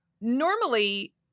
Normally